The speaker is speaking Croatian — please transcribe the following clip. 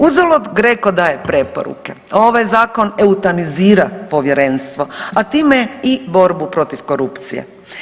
Uzalud GRECO daje preporuke, ovaj zakon eutanazira povjerenstvo, a time i borbu protiv korupcije.